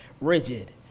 rigid